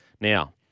Now